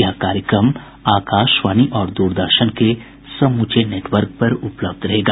यह कार्यक्रम आकाशवाणी और दूरदर्शन के समूचे नेटवर्क पर उपलब्ध रहेगा